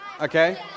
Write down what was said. okay